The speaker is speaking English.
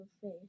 face